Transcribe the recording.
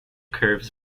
curves